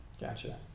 Gotcha